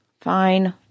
Fine